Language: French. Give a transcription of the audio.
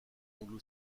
anglo